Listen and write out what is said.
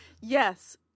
Yes